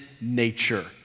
nature